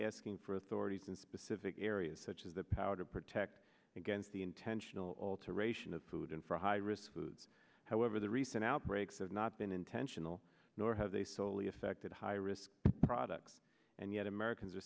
asking for authorities in specific areas such as the power to protect against the intentional alteration of food and for high risk foods however the recent outbreaks have not been intentional nor have they soley affected high risk products and yet americans are